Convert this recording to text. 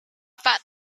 pak